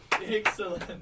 excellent